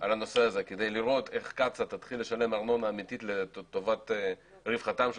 על הנושא הזה כדי לראות אך קצ"א תתחיל לשלם ארנונה אמיתית לרווחתם של